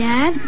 Dad